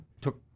took